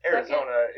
Arizona